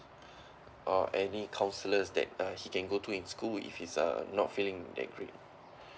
or any counsellors that uh he can go to in school if he's uh not feeling that great